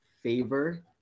favor